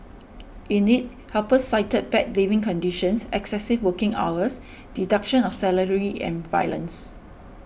in it helpers cited bad living conditions excessive working hours deduction of salary and violence